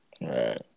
Right